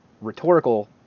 rhetorical